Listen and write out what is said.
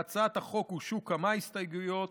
להצעת החוק הוגשו כמה הסתייגויות.